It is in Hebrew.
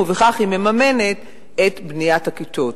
וכך היא מממנת את בניית הכיתות.